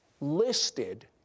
listed